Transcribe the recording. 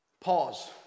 Pause